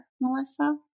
Melissa